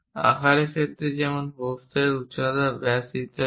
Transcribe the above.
আকারের ক্ষেত্রে যেমন প্রস্থের উচ্চতা ব্যাস ইত্যাদি